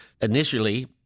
initially